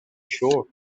sure